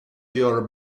your